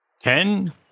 Ten